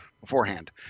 beforehand